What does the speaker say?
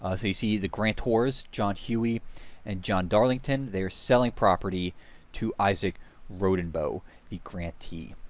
ah see see the grantors john huey and john darlington, they are selling property to isaac rodenboh the grantee.